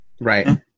Right